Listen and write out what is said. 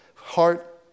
heart